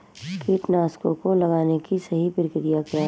कीटनाशकों को लगाने की सही प्रक्रिया क्या है?